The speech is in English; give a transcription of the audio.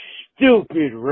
stupid